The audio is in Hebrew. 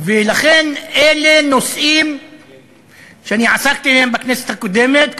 לכן אלה נושאים שעסקתי בהם בכנסת הקודמת,